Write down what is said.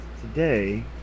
today